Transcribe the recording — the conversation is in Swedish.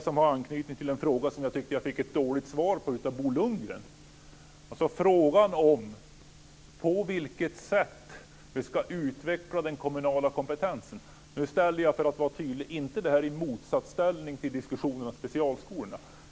Den har anknytning till en fråga som jag fick ett dåligt svar på från Bo Lundgren och som gällde på vilket sätt vi ska utveckla den kommunala kompetensen. För att vara tydlig vill jag säga att jag inte satte den frågan i motsatsställning till diskussionen om specialskolorna.